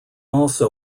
also